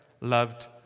loved